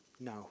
No